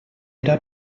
era